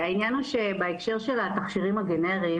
העניין הוא שבהקשר של התכשירים הגנריים,